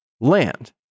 Land